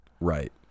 Right